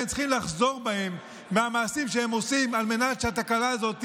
הם צריכים לחזור בהם מהמעשים שהם עושים כדי שהתקלה הזאת